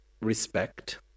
respect